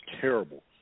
terrible